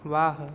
वाह